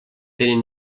tenen